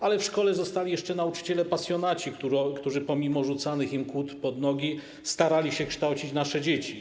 Ale w szkole zostali jeszcze nauczyciele pasjonaci, którzy pomimo rzucanych kłód pod nogi, starali się kształcić nasze dzieci.